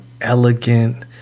elegant